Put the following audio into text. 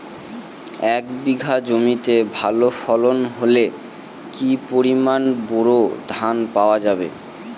এক বিঘা জমিতে ভালো ফলন হলে কি পরিমাণ বোরো ধান পাওয়া যায়?